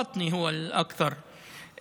הבטנית הוא השם היותר-נפוץ.